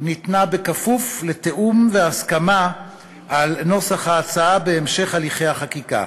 ניתנה כפוף לתיאום והסכמה על נוסח ההצעה בהמשך הליכי החקיקה.